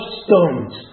stones